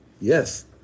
Yes